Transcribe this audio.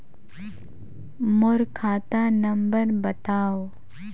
मोर खाता नम्बर बताव?